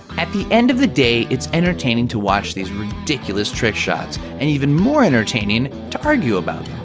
at the end of the day, it's entertaining to watch these ridiculous trick shots and even more entertaining to argue about